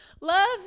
love